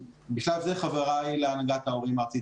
בשלב זה חבריי להנהגת ההורים הארצית